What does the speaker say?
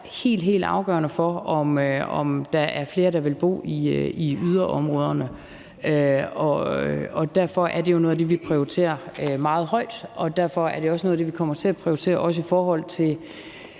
helt afgørende for, om der er flere, der vil bo i yderområderne. Derfor er det jo noget af det, vi prioriterer meget højt, og derfor er det også noget af det, vi også kommer til at prioritere i forhold til